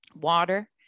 water